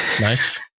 Nice